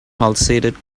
pulsated